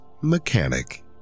Mechanic